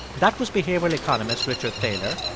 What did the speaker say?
that was behavioral economist richard thaler.